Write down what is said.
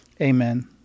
Amen